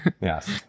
Yes